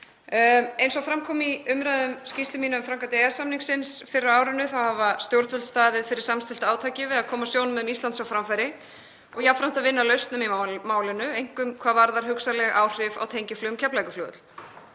Eins og fram kom í umræðum um skýrslu mína um framkvæmd EES-samningsins fyrr á árinu hafa stjórnvöld staðið fyrir samstilltu átaki við að koma sjónarmiðum Íslands á framfæri og jafnframt að vinna að lausnum í málinu, einkum hvað varðar hugsanleg áhrif á tengiflug um Keflavíkurflugvöll.